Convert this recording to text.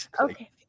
Okay